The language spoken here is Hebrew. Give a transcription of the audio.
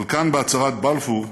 אבל כאן, בהצהרת בלפור,